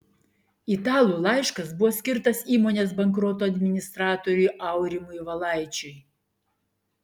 italų laiškas buvo skirtas įmonės bankroto administratoriui aurimui valaičiui